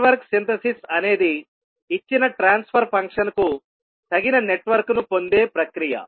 network synthesis అనేది ఇచ్చిన transfer function కు తగిన నెట్వర్క్ను పొందే ప్రక్రియ